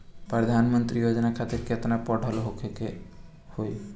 प्रधानमंत्री योजना खातिर केतना पढ़ल होखे के होई?